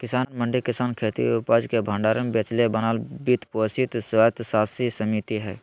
किसान मंडी किसानखेती उपज के भण्डार बेचेले बनाल वित्त पोषित स्वयात्तशासी समिति हइ